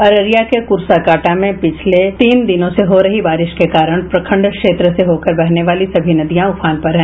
अररिया के कुर्साकांटा में पिछले तीन दिनों से हो रही बारिश के कारण प्रखंड क्षेत्र होकर बहने वाली सभी नदियां उफान पर है